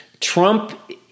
Trump